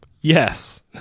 yes